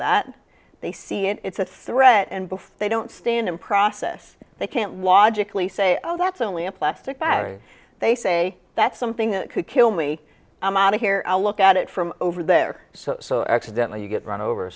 that they see it it's a threat and before they don't stand in process they can't logically say oh that's only a plastic battery they say that's something that could kill me i'm outta here i'll look at it from over there so so accidental you get run over